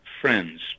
friends